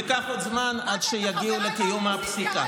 ייקח עוד זמן עד שיגיעו לקיום הפסיקה.